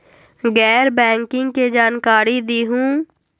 गैर बैंकिंग के जानकारी दिहूँ?